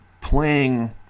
playing